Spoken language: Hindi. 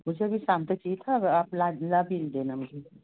मुझे अभी शाम तक चाहिए था अब आप ला लाकर दे देना मुझे